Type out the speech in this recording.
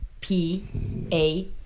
P-A